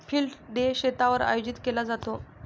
field day शेतावर आयोजित केला जातो